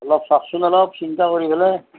অলপ চাওকচোন অলপ চিন্তা কৰি পেলাই